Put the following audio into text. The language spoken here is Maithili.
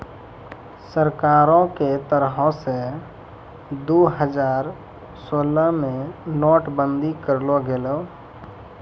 सरकारो के तरफो से दु हजार सोलह मे नोट बंदी करलो गेलै